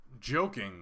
joking